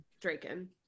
draken